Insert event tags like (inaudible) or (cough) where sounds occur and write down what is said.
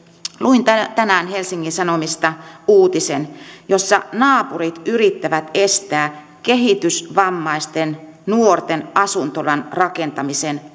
luin tänään helsingin sanomista uutisen jossa naapurit yrittävät estää kehitysvammaisten nuorten asuntolan rakentamisen (unintelligible)